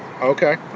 Okay